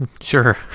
Sure